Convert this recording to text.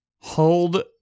hold